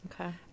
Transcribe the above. Okay